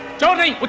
don't worry.